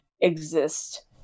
exist